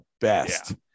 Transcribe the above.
best